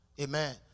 Amen